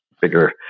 bigger